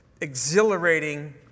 exhilarating